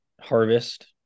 harvest